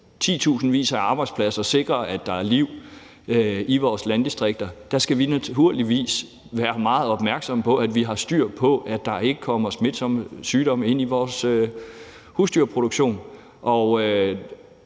titusindvis af arbejdspladser og i at sikre, at der er liv i vores landdistrikter, naturligvis skal være meget opmærksomme på, at vi har styr på, at der ikke kommer smitsomme sygdomme ind i vores husdyrproduktion.